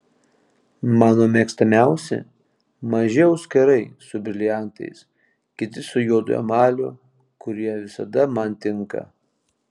mano mėgstamiausi maži auskarai su briliantais kiti su juodu emaliu kurie visada man tinka